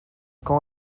quand